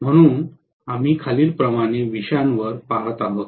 म्हणून आम्ही खालीलप्रमाणे विषयांवर पहात आहोत